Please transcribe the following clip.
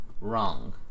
Wrong